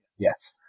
Yes